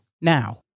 now